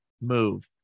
move